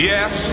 Yes